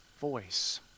voice